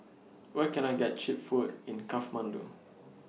Where Can I get Cheap Food in Kathmandu